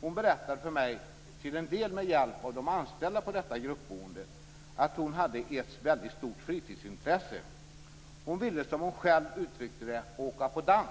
Hon berättade för mig, till en del med hjälp av de anställda på detta gruppboende, att hon hade ett stort fritidsintresse: Hon ville, som hon själv uttryckte det, åka på dans.